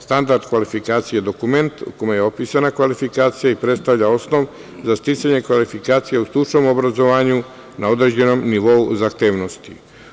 Standard kvalifikacija je dokument u kome je opisana kvalifikacija i predstavlja osnov za sticanje kvalifikacija u stručnom obrazovanju na određenom nivou zahtevnosti.